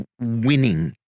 winning